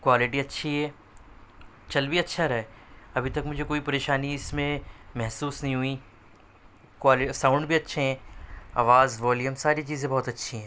quality اچھی ہے چل بھی اچھا رہا ہے ابھی تک مجھے کوئی پریشانی اس میں محسوس نہیں ہوئی کوال ساؤنڈ بھی اچھے ہیں آواز والیوم ساری چیزیں بہت اچھی ہیں